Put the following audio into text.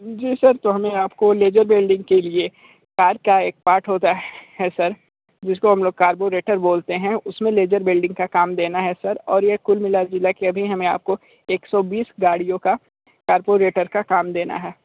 जी sir तो हमें आपको लेजर वेल्डिंग के लिए कार का एक पार्ट होता है सर जिसको हम लोग कार्बोरेटर बोलते हैं उसमें लेजर वेल्डिंग का काम देना है सर और ये कुल मिला जुला के अभी हमें आपको एक सौ बीस गाड़ियों का कार्बोरेटर का काम देना है